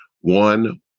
One